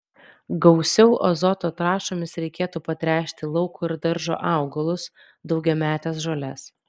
gausiau azoto trąšomis reikėtų patręšti lauko ir daržo augalus daugiametes žoles